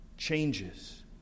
changes